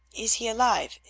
is he alive?